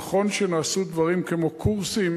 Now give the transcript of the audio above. נכון שנעשו דברים כמו קורסים,